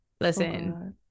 listen